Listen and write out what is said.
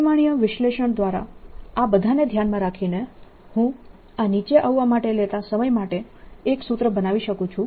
પરિમાણીય વિશ્લેષણ દ્વારા આ બધાને ધ્યાનમાં રાખીને હું આ નીચે આવવા માટે લેતા સમય માટે એક સૂત્ર બનાવી શકું છું